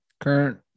current